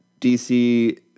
DC